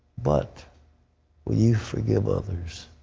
but will you forgive others?